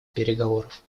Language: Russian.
переговоров